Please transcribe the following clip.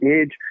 age